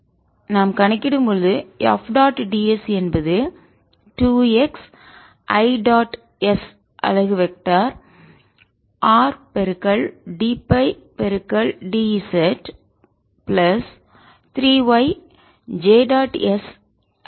எனவே நான் கணக்கிடும்போது F டாட் ds என்பது 2 xஅலகு vector R dΦ d z plus 3 yஅலகு vector r dΦ d z ஆக இருக்கும்